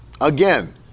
Again